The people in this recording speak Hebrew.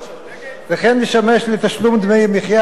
וכן תשמש לתשלום דמי מחיה עבור החיילים